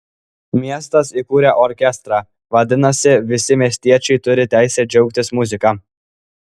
miestas įkūrė orkestrą vadinasi visi miestiečiai turi teisę džiaugtis muzika